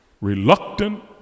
reluctant